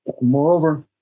Moreover